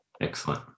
Excellent